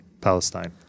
Palestine